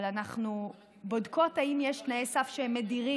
אבל אנחנו בודקות אם יש תנאי סף שמדירים.